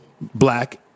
black